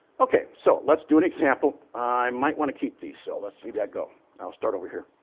okay. so, let's do an example. i might want to keep these, so let's leave that go, and i'll start over here.